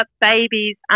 babies